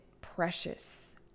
precious